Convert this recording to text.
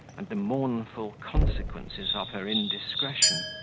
and the mournful consequences of her indiscretion.